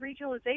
regionalization